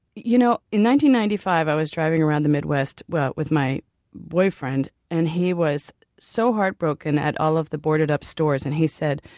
you know ninety ninety five, i was driving around the midwest with with my boyfriend. and he was so heartbroken at all of the boarded up stores, and he said,